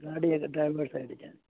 गाडयेक ड्रायवर जाय तेच्या